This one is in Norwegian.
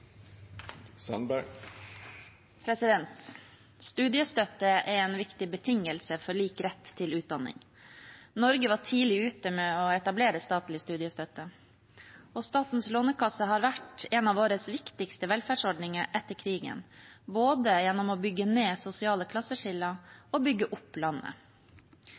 Studiestøtte er en viktig betingelse for lik rett til utdanning. Norge var tidlig ute med å etablere statlig studiestøtte, og Statens lånekasse har vært en av våre viktigste velferdsordninger etter krigen – både gjennom å bygge ned sosiale klasseskiller og ved å bygge opp landet.